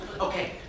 okay